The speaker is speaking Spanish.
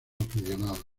aficionados